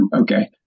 Okay